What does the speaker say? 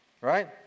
right